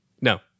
No